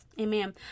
Amen